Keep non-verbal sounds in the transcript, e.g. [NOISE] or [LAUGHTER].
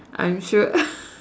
I'm sure [LAUGHS]